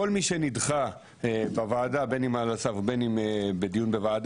כל מי שנדחה בוועדה בין אם על הסף או בין אם בדיון בוועדה,